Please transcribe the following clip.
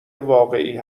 واقعی